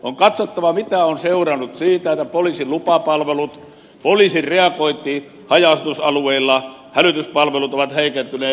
on katsottava mitä on seurannut siitä että poliisin lupapalvelut poliisin reagointi haja asutusalueilla hälytyspalvelut ovat heikentyneet